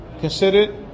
considered